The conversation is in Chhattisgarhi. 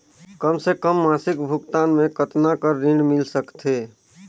कम से कम मासिक भुगतान मे कतना कर ऋण मिल सकथे?